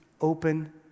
open